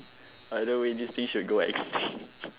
either way this thing should go extinct